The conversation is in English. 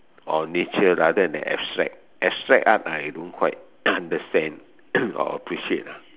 on nature rather than abstract abstract art I don't quite understand or appreciate ah